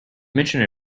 mentioned